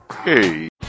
Hey